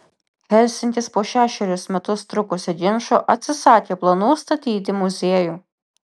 helsinkis po šešerius metus trukusio ginčo atsisakė planų statyti muziejų